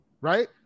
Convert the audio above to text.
right